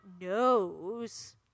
knows